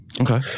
okay